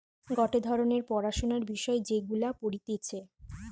গটে ধরণের পড়াশোনার বিষয় যেগুলা পড়তিছে